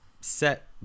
set